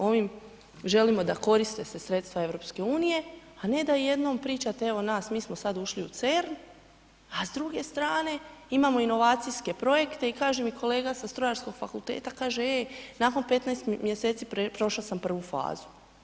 Ovim želimo da koriste se sredstva EU, a ne da jednom pričate, evo nas, mi sad ušli u CERN, a s druge strane, imamo inovacijske projekte i kaže mi kolega sa Strojarskog fakulteta, kaže ej, nakon 15 mjeseci prošao sam prvu fazu.